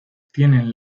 tienen